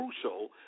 crucial